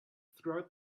throughout